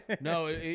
no